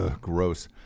Gross